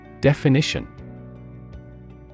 Definition